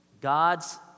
God's